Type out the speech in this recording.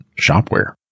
shopware